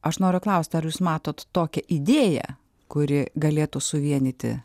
aš noriu klaust ar jūs matot tokią idėją kuri galėtų suvienyti